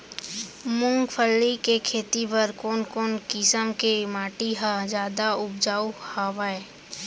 मूंगफली के खेती बर कोन कोन किसम के माटी ह जादा उपजाऊ हवये?